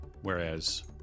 Whereas